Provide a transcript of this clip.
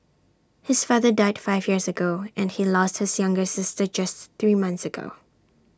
his father died five years ago and he lost his younger sister just three months ago